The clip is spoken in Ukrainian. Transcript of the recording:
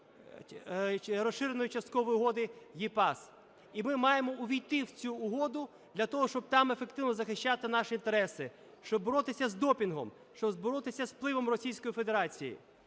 Розширеної часткової угоди (EPAS). І ми маємо увійти в цю угоду для того, щоб там ефективно захищати наші інтереси, щоб боротися з допінгом, щоб боротися з впливом Російської Федерації.